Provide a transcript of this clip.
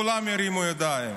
כולם הרימו ידיים.